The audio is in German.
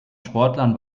sportlern